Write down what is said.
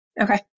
Okay